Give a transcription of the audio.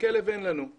אין לנו את הכלב.